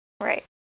Right